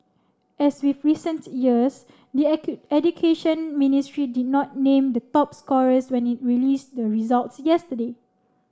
as with recent years the Education Ministry did not name the top scorers when it released the results yesterday